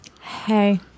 Hey